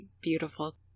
beautiful